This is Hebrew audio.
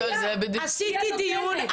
עשיתי דיון,